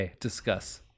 discuss